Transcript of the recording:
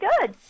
good